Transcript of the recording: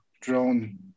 drone